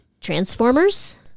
Transformers